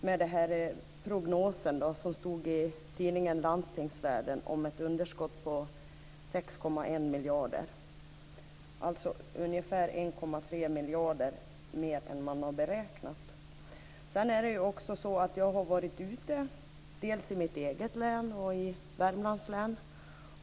Jag tänker på den prognos som fanns i tidningen Landstingsvärlden om ett underskott på 6,1 miljarder, dvs. ungefär 1,3 miljarder mer än vad man har beräknat. Jag har varit ute dels i mitt eget län, dels i Värmlands län.